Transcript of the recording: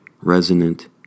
resonant